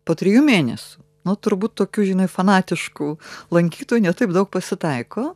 po trijų mėnesių nu turbūt tokių žinai fanatiškų lankytojų ne taip daug pasitaiko